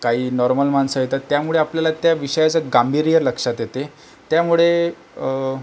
काही नॉर्मल माणसं येतात त्यामुळे आपल्याला त्या विषयाचं गांभीर्य लक्षात येते त्यामुळे